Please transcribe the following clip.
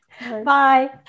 Bye